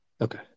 okay